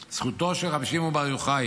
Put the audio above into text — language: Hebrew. זכותו של רבי שמעון בר יוחאי,